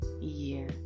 year